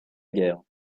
guerre